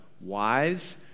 Wise